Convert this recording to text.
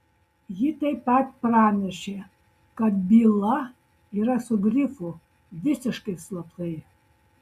ji taip pat pranešė kad byla yra su grifu visiškai slaptai